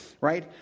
right